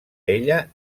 ella